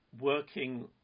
working